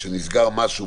שנסגר משהו,